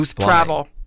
travel